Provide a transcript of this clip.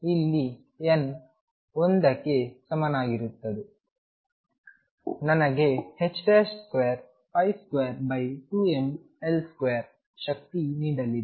ಇಲ್ಲಿ n 1ಗೆ ಸಮನಾಗಿರುತ್ತದೆ ನನಗೆ 22 2mL2 ಶಕ್ತಿ ನೀಡಲಿದೆ